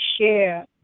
share